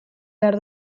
behar